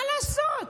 מה לעשות?